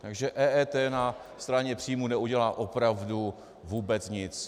Takže EET na straně příjmů neudělá opravdu vůbec nic.